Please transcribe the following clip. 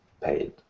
paid